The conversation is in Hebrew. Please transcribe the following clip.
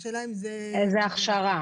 השאלה אם זה --- איזו הכשרה?